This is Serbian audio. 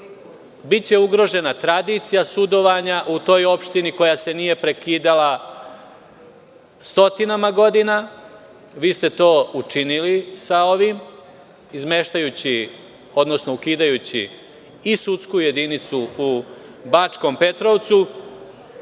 biće ugrožena tradicija sudovanja u toj opštini koja se nije prekidala stotinama godina. Vi ste to učinili sa ovim, izmeštajući, odnosno ukidajući i sudsku jedinicu u Bačkom Petrovcu. Nije